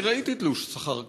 אני ראיתי תלוש שכר כזה,